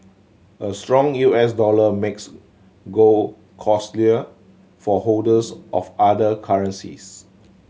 a strong U S dollar makes gold costlier for holders of other currencies